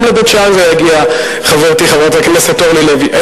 גם לבית-שאן זה יגיע, חברתי חברת הכנסת אורלי לוי.